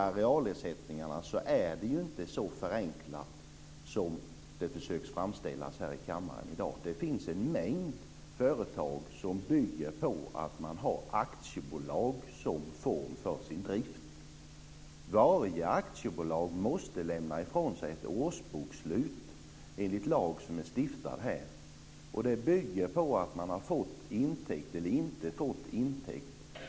Arealersättningarna är inte så förenklade som det framhålls i kammaren i dag. Det finns en mängd företag som bygger på aktiebolag som form för driften. Varje aktiebolag måste lämna ifrån sig ett årsbokslut enligt lag som är stiftad här. Det bygger på att bolaget har fått eller inte har fått intäkter.